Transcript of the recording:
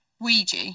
Ouija